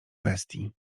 bestii